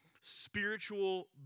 spiritual